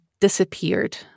disappeared